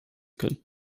können